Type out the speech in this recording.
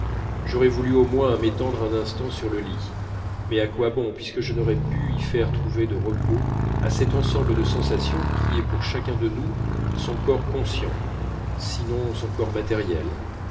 j'aurais voulu au moins m'étendre un instant sur le lit mais à quoi bon puisque je n'aurais pu y faire trouver de repos à cet ensemble de sensations qui est pour chacun de nous son corps conscient sinon son corps matériel